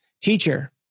teacher